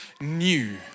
new